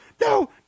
no